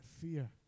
fear